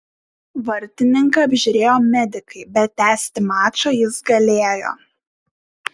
vartininką apžiūrėjo medikai bet tęsti mačą jis galėjo